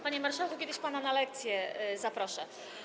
Panie marszałku, kiedyś pana na lekcję zaproszę.